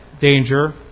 danger